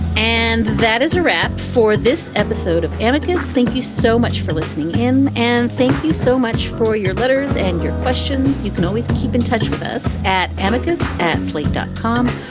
and that is a wrap for this episode of amicus. thank you so much for listening in. and thank you so much for your letters and your questions. you can always keep in touch with us at abacha's at slate dot com,